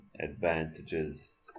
advantages